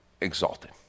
exalted